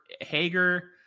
Hager